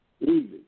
Easy